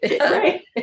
Right